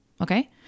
Okay